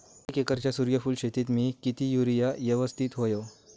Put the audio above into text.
एक एकरच्या सूर्यफुल शेतीत मी किती युरिया यवस्तित व्हयो?